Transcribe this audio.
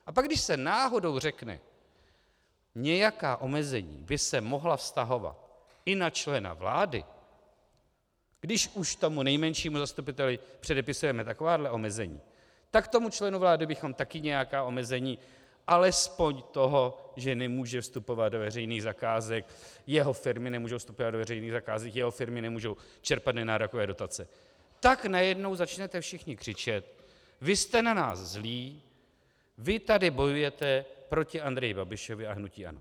A pak když se náhodou řekne, nějaká omezení by se mohla vztahovat i na člena vlády, když už tomu nejmenšímu zastupiteli předepisujeme takováhle omezení, tak tomu členu vlády bychom také nějaká omezení, alespoň toho, že nemůžeme vstupovat do veřejných zakázek, jeho firmy nemůžou vstupovat do veřejných zakázek, jeho firmy nemůžou čerpat nenárokové dotace, tak najednou začnete všichni křičet: Vy jste na nás zlí, vy tady bojujete proti Andreji Babišovi a hnutí ANO!